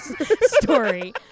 story